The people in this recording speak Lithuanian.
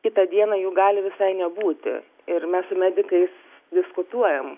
kitą dieną jų gali visai nebūti ir mes su medikais diskutuojam